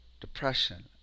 depression